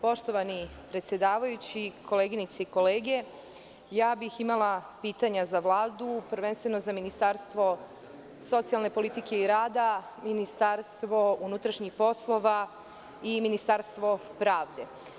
Poštovani predsedavajući, koleginice i kolege, imala bih pitanja za Vladu, prvenstveno za Ministarstvo socijalne politike i rada, Ministarstvo unutrašnjih polova i Ministarstvo pravde.